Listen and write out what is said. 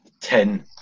Ten